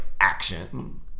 action